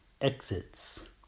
Exits